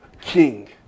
King